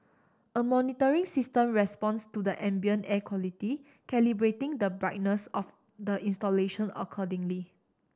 a monitoring system responds to the ambient air quality calibrating the brightness of the installation accordingly